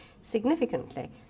Significantly